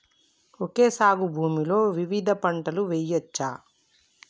Okay సాగు భూమిలో వివిధ పంటలు వెయ్యచ్చా?